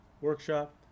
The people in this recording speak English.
workshop